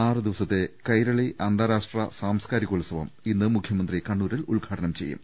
ആറുദിവസത്തെ കൈരളി അന്താരാഷ്ട്ര സാംസ്കാരികോത്സവം ഇന്ന് മുഖ്യമന്ത്രി കണ്ണൂരിൽ ഉദ്ഘാടനം ചെയ്യും